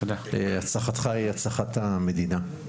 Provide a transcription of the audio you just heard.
הצלחתך היא הצלחת המדינה.